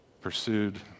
pursued